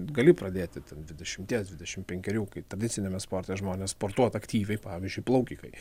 gali pradėti dvidešimties dvidešimt penkerių kai tradiciniame sporte žmonės sportuot aktyviai pavyzdžiui plaukikai